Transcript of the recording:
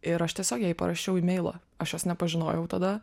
ir aš tiesiog jai parašiau imailą aš jos nepažinojau tada